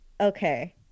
Okay